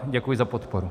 Děkuji za podporu.